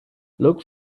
look